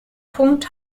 punkt